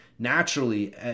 naturally